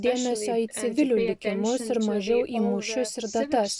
dėmesio į civilių likimus ir mažiau į mūšius ir datas